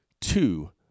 Two